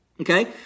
Okay